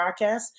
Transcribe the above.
podcast